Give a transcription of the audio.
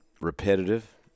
repetitive